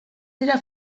dira